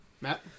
matt